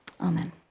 Amen